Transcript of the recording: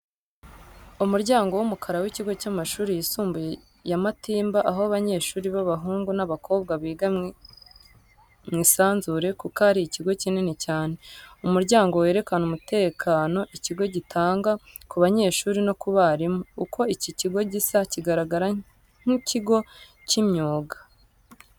Umuryango w'umukara w'ikigo cy'amashuri yisumbuye ya Matimba aho abanyeshuri b'abahungu n'abakobwa biga mu isanzure kuko ari ikigo kinini cyane. Umuryango werekana umutekano ikigo gitanga ku banyeshuri no ku barimu. Uko iki kigo gisa kigaragara nk'ikigo cy'imyuga.